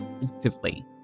effectively